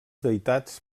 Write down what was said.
deïtats